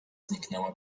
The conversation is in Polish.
zniknęła